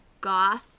goth